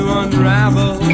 unravel